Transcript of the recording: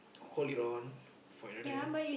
hold it on for another